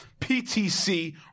PTC